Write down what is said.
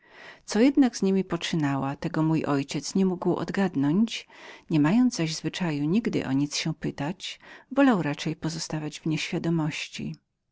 co jednak z niemi poczynała tego mój ojciec nie mógł odgadnąć nie miał zaś zwyczaju nigdy o nic się pytać tak że wolał raczej pozostać w niewiadomości